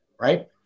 right